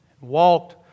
walked